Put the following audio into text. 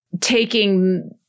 taking